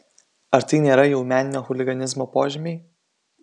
ar tai nėra jau meninio chuliganizmo požymiai